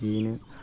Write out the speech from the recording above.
बिदियैनो